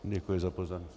Děkuji za pozornost.